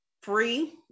free